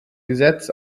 gesetz